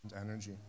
energy